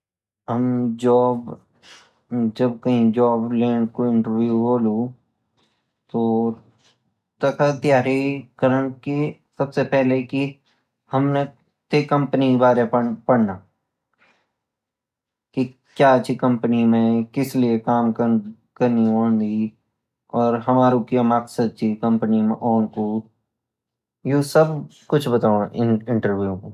जब कोई जॉब लें को इन्तेर्विएव होलु तो क्या क्या तयारी कर्णकी हमने ते कंपनी कई बारे मे पढ़ना की क्या ची कंपनी मई किसलिए काम करनी होंदी और हमारा क्या मकसद ची कंपनी मे ओनकु ये सब बतान इंटरविव मा